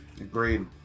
Agreed